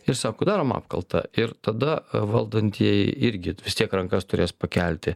ir sako darom apkaltą ir tada valdantieji irgi vis tiek rankas turės pakelti